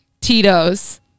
Tito's